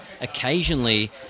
occasionally